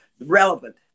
relevant